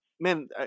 Man